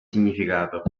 significato